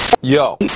Yo